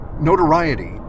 notoriety